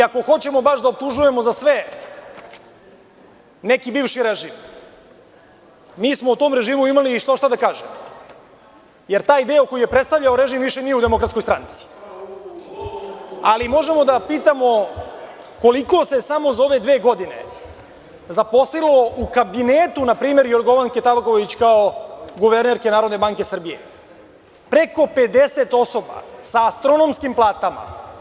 Ako baš hoćemo da optužujemo za sve neki bivši režim, mi smo o tom režimu imali i što šta da kažemo, jer taj deo koji je predstavljao režim nije više u DS, ali možemo da pitamo koliko se samo za ove dve godine zaposlilo u kabinetu, na primer, Jorgovanke Tabaković kao guvernerke Narodne banke Srbije – preko 50 osoba sa astronomskim platama.